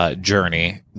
journey